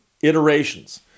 iterations